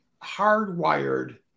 hardwired